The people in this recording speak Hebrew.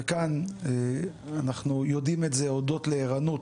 כאן אנחנו יודעים את זה הודות לערנות